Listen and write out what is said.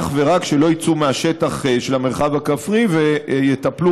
שלא יצאו מהשטח של המרחב הכפרי ויטפלו